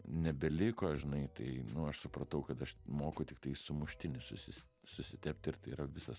nebeliko žinai tai nu aš supratau kad aš moku tiktai sumuštinį susis susitept ir tai yra visas